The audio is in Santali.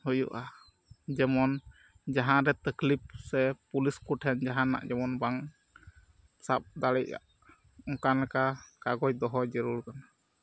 ᱦᱩᱭᱩᱜᱼᱟ ᱡᱮᱢᱚᱱ ᱡᱟᱦᱟᱸᱨᱮ ᱛᱟᱹᱠᱷᱞᱤᱯᱷ ᱥᱮ ᱯᱩᱞᱤᱥ ᱠᱚᱴᱷᱮᱱ ᱡᱟᱦᱟᱱᱟᱜ ᱡᱮᱢᱚᱱ ᱵᱟᱝ ᱥᱟᱵ ᱫᱟᱲᱮᱭᱟᱜ ᱚᱱᱠᱟ ᱞᱮᱠᱟ ᱠᱟᱜᱚᱡᱽ ᱫᱚᱦᱚ ᱡᱟᱹᱨᱩᱲ ᱠᱟᱱᱟ